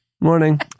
morning